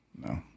no